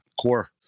core